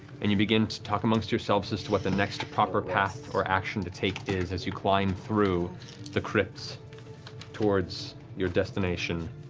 and you begin to talk amongst yourselves as to what the next proper path or action to take is as you climb through the crypts toward your destination,